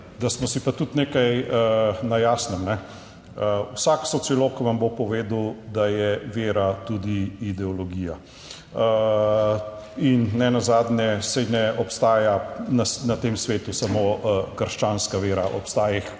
da smo si pa tudi nekaj na jasnem, vsak sociolog vam bo povedal, da je vera tudi ideologija. In nenazadnje, saj ne obstaja na tem svetu samo krščanska vera, obstaja jih